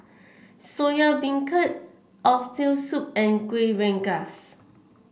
Soya Beancurd Oxtail Soup and Kueh Rengas